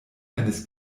eines